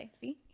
see